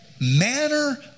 manner